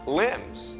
limbs